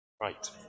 right